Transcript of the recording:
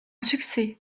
succès